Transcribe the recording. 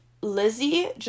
Lizzie